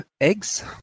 eggs